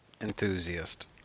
enthusiast